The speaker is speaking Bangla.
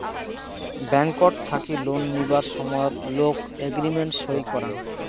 ব্যাংকট থাকি লোন নিবার সময়ত লোক এগ্রিমেন্ট সই করাং